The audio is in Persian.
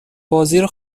بازیرو